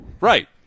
Right